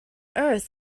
earth